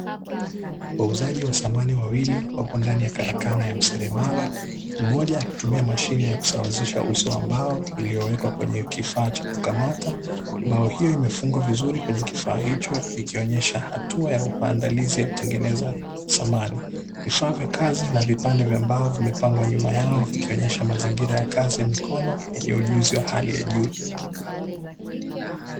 Wauzaji wa samahani wawili wapo ndani ya karakana ya useremala mmoja akitumia mashine ya kusawazisha uso ambao iliyowekwa kwenye kifaa cha kukamata, mbao hiyo imefungwa vizuri kwenye kifaa hicho ikionyesha hatua ya maandalizi ya kutengeneza samani vifaa vya kazi na vipande vya mbao vimepangwa nyuma yao kukionyesha mazingira ya kazi ya mikono yenye ujuzi wa hali ya juu.